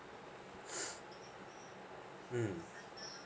mm